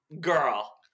Girl